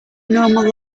normal